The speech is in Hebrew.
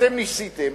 אתם ניסיתם